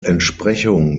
entsprechung